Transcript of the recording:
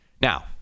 now